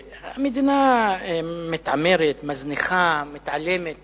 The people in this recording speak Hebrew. והמדינה מתעמרת, מזניחה, מתעלמת